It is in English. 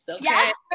yes